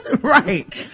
Right